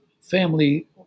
family